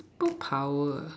super power ah